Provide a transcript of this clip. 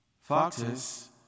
Foxes